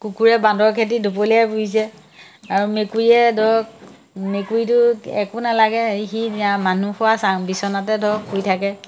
কুকুৰে বান্দৰ খেদি ঢপলিয়াই ফুৰিছে আৰু মেকুৰীয়ে ধৰক মেকুৰীটোৰ একো নালাগে সি মানুহ শুৱা বিচনাতে ধৰক শুই থাকে